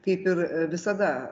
kaip ir visada